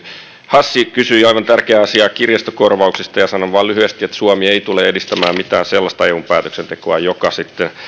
hassi kysyi aivan tärkeää asiaa kirjastokorvauksista ja sanon vain lyhyesti että suomi ei tule edistämään mitään sellaista eun päätöksentekoa joka sitten